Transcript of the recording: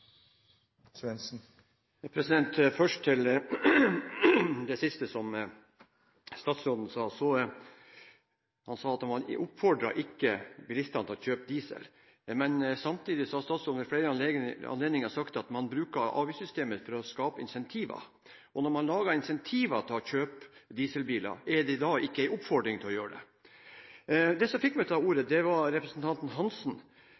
Først til det siste statsråden sa: Han sa at han ikke oppfordret bilistene til å kjøpe dieselbiler, men samtidig har statsråden ved flere anledninger sagt at man bruker avgiftssystemet for å skape incentiver. Når man lager incentiver til å kjøpe dieselbiler, er det da ikke en oppfordring til å gjøre det? Det som fikk meg til å ta ordet, var representanten Geir-Ketil Hansen,